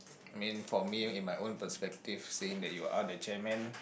I mean for me in my own perspective saying that you are the chairman